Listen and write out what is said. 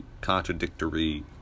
contradictory